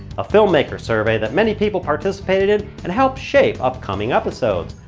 a filmmaker survey that many people participated in and helped shape upcoming episodes.